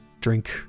drink